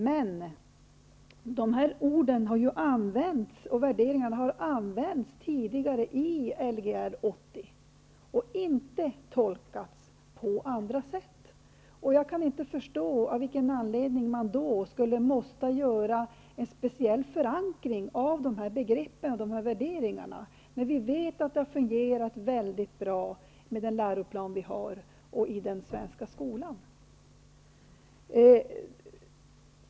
Men dessa ord och värderingar har tidigare förkommit i Lgr 80 och inte tolkats på annat sätt. Jag kan då inte förstå av vilken anledning man måste ha en speciell förankring av dessa begrepp och värderingar, när vi vet att det fungerat mycket bra med den läroplan vi har i den svenska skolan.